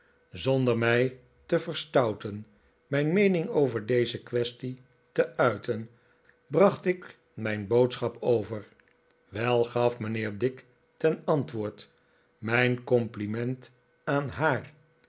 zonder mij te verstouten mijn meening over deze kwestie te uiten bracht ik mijn boodschap over wel gaf mijnheer dick ten antwoord mijn complimehten aan haar